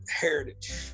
heritage